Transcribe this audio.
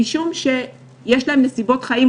משום שיש להם נסיבות חיים,